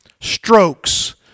strokes